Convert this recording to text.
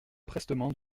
prestement